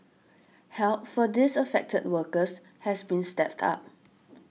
help for these affected workers has been stepped up